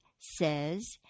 says